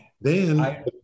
then-